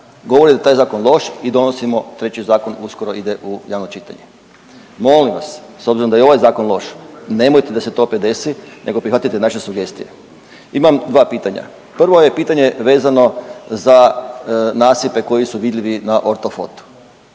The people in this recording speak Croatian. govori da je taj zakon loš i donosimo treći zakon uskoro ide u javno čitanje. Molim vas s obzirom da je i ovaj zakon loš nemojte da se to opet desi nego prihvatite naše sugestije. Imam dva pitanja. Prvo je pitanje vezano za nasipe koji su vidljivi na ortofotu.